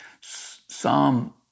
Psalm